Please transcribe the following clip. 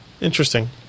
Interesting